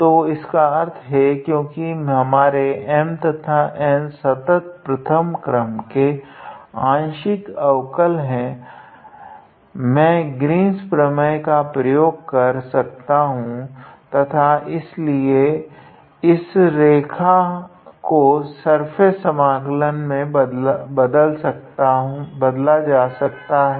तो इसका अर्थ है क्योकि हमारे M तथा N का संतत् प्रथम क्रम का आंशिक अवकल है मैं ग्रीन्स प्रमेय का प्रयोग कर सकता हूँ तथा इस लिए इस रेखा समाकलन को सर्फेस समाकलन में बदला जा सकता है